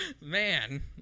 Man